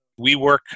WeWork